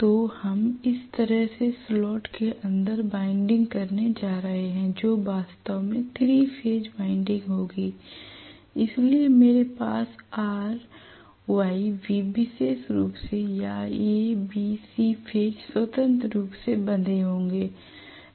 तो हम इस तरह से स्लॉट के अंदर वाइन्डिंग करने जा रहे हैं जो वास्तव में 3 फेज की वाइंडिंग होगी इसलिए मेरे पास R Y B विशेष रूप से या A B C फेज स्वतंत्र रूप से बंधे होंगे